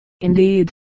indeed